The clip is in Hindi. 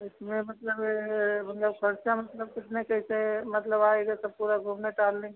उसमें मतलब मतलब ख़र्चा मतलब कितने कैसे मतलब आएगा पूरा घूमने टहलने के लिए